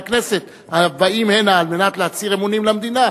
הכנסת הבאים הנה על מנת להצהיר אמונים למדינה,